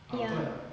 ya